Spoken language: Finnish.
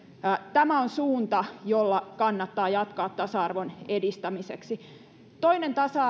tämä on suunta jolla kannattaa jatkaa tasa arvon edistämiseksi toinen tasa